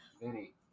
Vinny